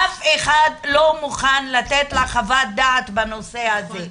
אף אחד לא מוכן לתת לה חוות דעת בנושא הזה,